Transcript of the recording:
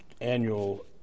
annual